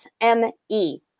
SME